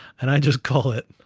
and i just call it,